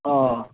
अ